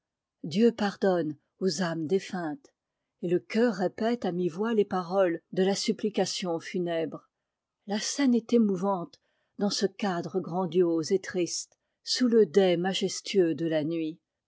défuntes et le chœur répète à mi-voix les paroles de la supplication funèbre la scène est émouvante dans ce cadre grandiose et triste sous le dais majestueux de la nuit